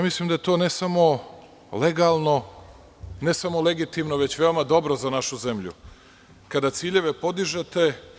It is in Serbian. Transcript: Mislim da je to ne samo legalno, ne samo legitimno već veoma dobro za našu zemlju, kada ciljeve podižete.